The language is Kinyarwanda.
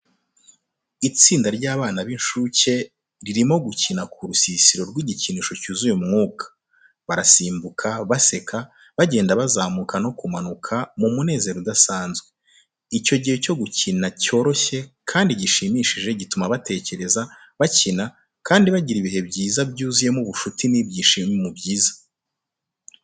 Itsinda ry’abana b’incuke ririmo gukina ku rusisiro rw’igikinisho cyuzuye umwuka. Barasimbuka, baseka, bagenda bazamuka no kumanuka mu munezero udasanzwe. Icyo gihe cyo gukina cyoroshye kandi gishimishije gituma batekereza, bakina, kandi bagira ibihe byiza byuzuyemo ubucuti n’ibyishimo byiza.